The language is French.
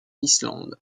islande